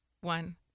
One